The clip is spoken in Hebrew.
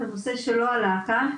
זה נושא שלא עלה כאן,